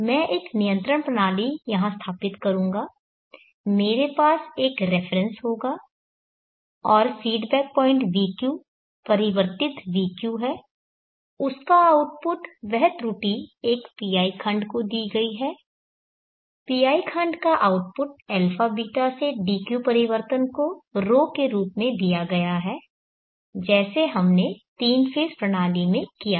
मैं एक नियंत्रण प्रणाली यहां स्थापित करूंगा मेरे पास एक रेफरेन्स होगा और फीडबैक पॉइंट vq परिवर्तित vq है उसका आउटपुट वह त्रुटि एक PI खंड को दी गई है PI खंड का आउटपुट αβ से dq परिवर्तन को ρ के रूप में दिया गया है जैसे हम तीन फेज़ प्रणाली में किया था